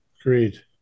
agreed